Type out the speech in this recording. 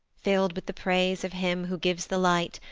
fill'd with the praise of him who gives the light,